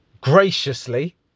graciously